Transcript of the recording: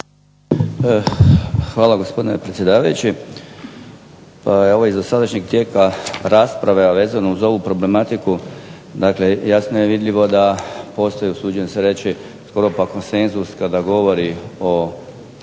Hvala gospodine predsjedavajući. Pa evo iz dosadašnjeg tijeka rasprave, a vezano uz ovu problematiku, dakle jasno je vidljivo da postoji usuđujem se reći skoro pa konsenzus kada govori o